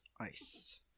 ice